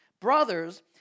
brothers